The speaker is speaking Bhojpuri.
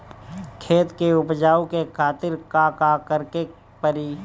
खेत के उपजाऊ के खातीर का का करेके परी?